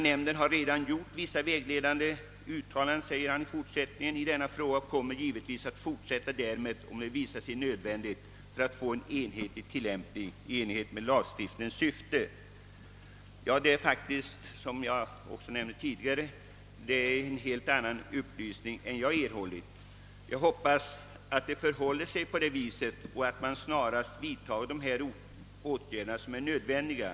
Nämnden har redan gjort vissa vägledande uttalanden i denna fråga och kommer givetvis att fortsätta därmed om det visar sig nödvändigt för att få en enhetlig tillämpning i enlighet med lagstiftningens syfte.» Det är, som jag också sagt tidigare, en helt annan upplysning än den jag erhållit. Jag hoppas att det förhåller sig på det viset och att nödvändiga åtgärder snarast kommer att vidtagas.